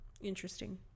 Interesting